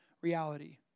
reality